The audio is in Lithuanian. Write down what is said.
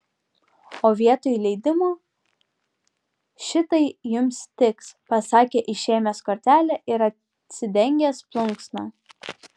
o vietoj leidimo šitai jums tiks pasakė išėmęs kortelę ir atsidengęs plunksną